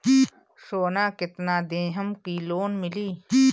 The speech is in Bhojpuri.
सोना कितना देहम की लोन मिली?